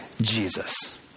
Jesus